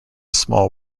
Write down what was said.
small